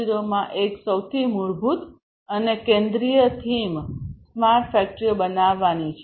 0 માં એક સૌથી મૂળભૂત અને કેન્દ્રિય થીમ સ્માર્ટ ફેક્ટરીઓ બનાવવી છે